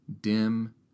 dim